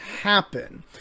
happen